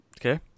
Okay